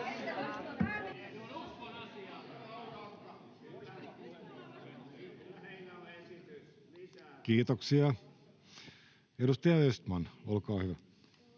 Kiitoksia. — Edustaja Kurvinen, olkaa hyvä.